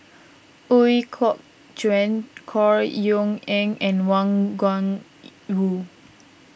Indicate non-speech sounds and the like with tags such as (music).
Ooi Kok Chuen Chor Yeok Eng and Wang Gung (noise) wu